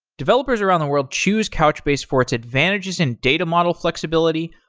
developers around the world choose couchbase for its advantages in data model flexibility,